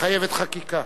מחייבת חקיקה.